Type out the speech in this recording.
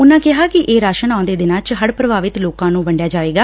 ਉਨਾਂ ਕਿਹਾ ਕਿ ਇਹ ਰਾਸਣ ਆਉਦੇ ਦਿਨਾਂ ਚ ਹੜ ਪ੍ਰਭਾਵਿਤ ਲੋਕਾ ਨੂੰ ਵੰਡਿਆ ਜਾਵੇਗਾ